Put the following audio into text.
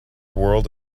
world